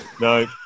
No